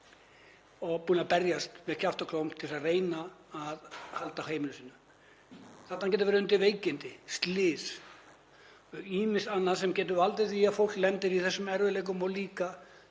búið að berjast með kjafti og klóm til að reyna að halda heimili sínu. Þarna geta verið undir veikindi, slys og ýmislegt annað sem getur valdið því að fólk lendir í þessum erfiðleikum. Líka